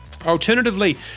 Alternatively